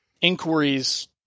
inquiries